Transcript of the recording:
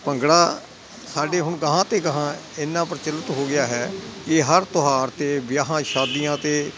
ਭੰਗੜਾ ਸਾਡੇ ਹੁਣ ਅਗਾਹਾਂ ਤੇ ਅਗਾਹਾਂ ਇੰਨਾ ਪ੍ਰਚਲਿਤ ਹੋ ਗਿਆ ਹੈ ਇਹ ਹਰ ਤਰ੍ਹਾਂ ਅਤੇ ਵਿਆਹਾਂ ਸ਼ਾਦੀਆਂ 'ਤੇ